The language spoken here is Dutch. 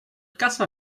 kassa